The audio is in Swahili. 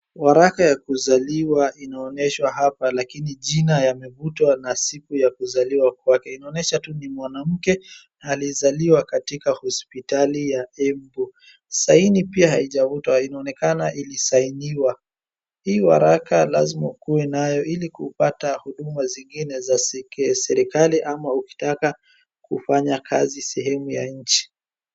Waraka ya kuzaliwa inaoneshwa hapa lakini jina yamevutwa na siku ya kuzaliwa kwake, inaonesha tu ni mwanamke alizaliwa katika hosiptali ya Embu ,saini pia haijavutwa, inaonekana ilisainiwa. Hii waraka lazima ukuwe nayo ili kuupata huduma zingine za serikali ama ukitaka kufanya kazi sehemu ya nchi.